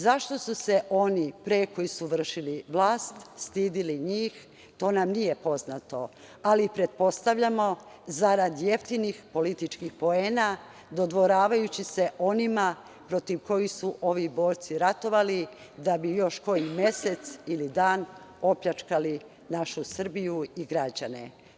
Zašto su se oni pre koji su vršili vlast stideli njih, to nam nije poznato, ali pretpostavljamo zarad jeftinih političkih poena, dodvoravajući se onima protiv kojih su ovi borci ratovali, da bi još koji mesec ili dan opljačkali našu Srbiju i građane.